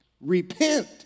Repent